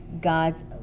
God's